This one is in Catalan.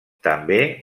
també